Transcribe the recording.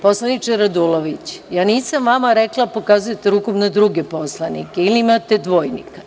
Poslaniče Radulović, ja nisam vama rekla da pokazujete rukom na druge poslanike, ili imate dvojnika.